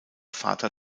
vater